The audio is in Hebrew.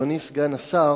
אדוני סגן השר,